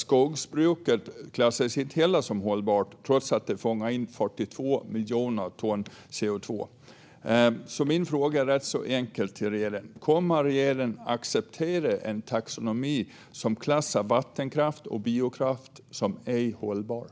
Skogsbruket klassas inte heller som hållbart, trots att det fångar in 42 miljoner ton CO2. Min fråga är ganska enkel: Kommer regeringen att acceptera en taxonomi som klassar vattenkraft och biokraft som ej hållbart?